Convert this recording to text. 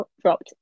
dropped